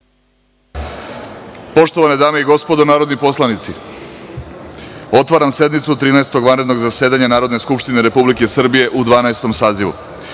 Poštovane dame i gospodo narodni poslanici, otvaram sednicu Trinaestog vanrednog zasedanja Narodne skupštine Republike Srbije u Dvanaestom